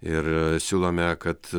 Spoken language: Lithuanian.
ir siūlome kad